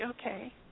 Okay